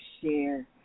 share